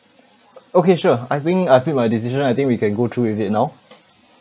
okay sure I think I've made my decision I think we can go through with it now